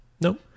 Nope